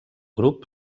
grup